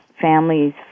families